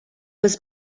was